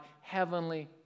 heavenly